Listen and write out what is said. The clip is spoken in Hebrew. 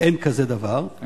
שאין כזה דבר,